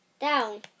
down